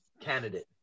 candidate